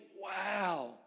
wow